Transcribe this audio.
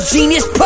Genius